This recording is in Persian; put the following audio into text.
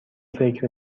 فکر